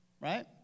right